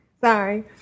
Sorry